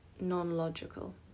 non-logical